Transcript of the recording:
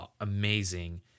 amazing